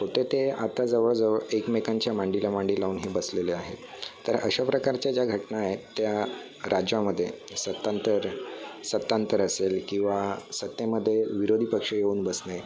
होते ते आता जवळजवळ एकमेकांच्या मांडीला मांडी लावून हे बसलेले आहेत तर अशाप्रकारच्या ज्या घटना आहेत त्या राज्यामधे सत्तांतर सत्तांतर असेल किंवा सत्तेमधे विरोधी पक्ष येऊन बसणे